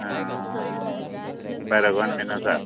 पेरागोन बीन आसा